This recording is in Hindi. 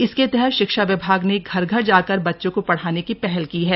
इसके तहत शिक्षा विभाग ने घर घर जाकर बच्चों को पढ़ाने की पहल की है